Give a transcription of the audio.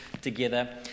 together